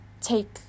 take